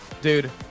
dude